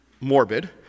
morbid